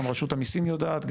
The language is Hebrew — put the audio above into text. גם רשות המיסים יודעת,